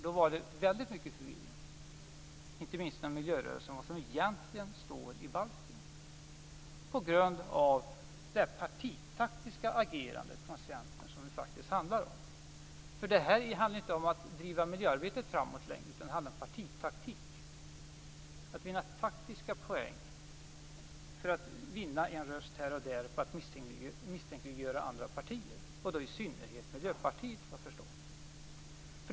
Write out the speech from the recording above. Då var det väldigt mycket förvirring, inte minst inom miljörörelsen, om vad som egentligen står i balken. Det berodde på det partitaktiska agerande från Centern som det faktiskt handlar om. Det handlar inte längre om att driva miljöarbetet framåt, det handlar om partitaktik, om att vinna taktiska poäng för att få en röst här och en där på att misstänkliggöra andra partier, i synnerhet Miljöpartiet, har jag förstått.